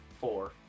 Four